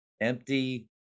empty